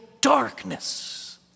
darkness